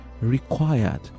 required